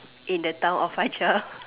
in the town of fajar